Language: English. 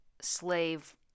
slave